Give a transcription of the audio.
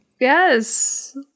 Yes